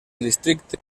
districte